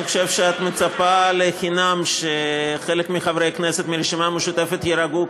אני חושב שאת מצפה לחינם שחלק מחברי הכנסת מהרשימה המשותפת יירגעו,